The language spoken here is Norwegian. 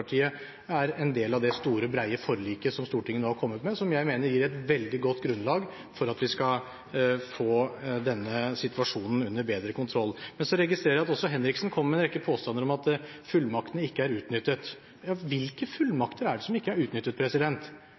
er en del av det store, brede forliket som Stortinget nå har kommet til, og som jeg mener gir et veldig godt grunnlag for at vi skal få denne situasjonen bedre under kontroll. Jeg registrerer også at Henriksen kommer med en rekke påstander om at fullmaktene ikke er utnyttet. Hvilke fullmakter er det som ikke er utnyttet?